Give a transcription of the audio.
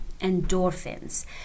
Endorphins